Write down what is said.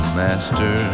master